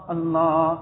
Allah